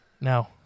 No